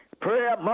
prayer